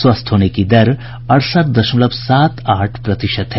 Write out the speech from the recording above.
स्वस्थ होने की दर अड़सठ दशमलव सात आठ प्रतिशत है